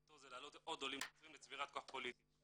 אותו זה להעלות עוד עולים נוצרים לצבירת כוח פוליטי.